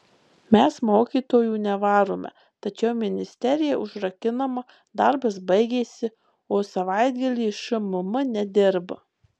mes mokytojų nevarome tačiau ministerija užrakinama darbas baigėsi o savaitgalį šmm nedirba